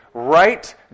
right